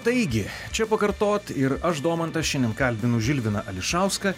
taigi čia pakartot ir aš domanto šiandien kalbinu žilviną ališauską